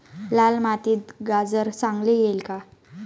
लाल मातीत गाजर चांगले येईल का?